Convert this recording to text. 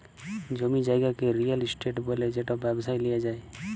জমি জায়গাকে real estate ব্যলে যেট ব্যবসায় লিয়া যায়